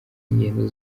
ingendo